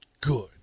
good